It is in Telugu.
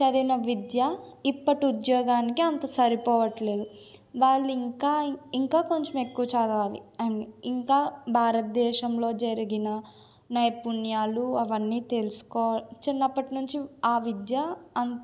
చదివిన విద్య ఇప్పటి ఉద్యోగానికి అంత సరిపోవట్లేదు వాళ్ళు ఇంకా ఇంకా కొంచెం ఎక్కువ చదవాలి అండ్ ఇంకా భారతదేశంలో జరిగిన నైపుణ్యాలు అవన్నీ తెలుసుకో చిన్నప్పటినుంచి ఆ విద్య అం